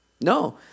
No